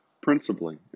principally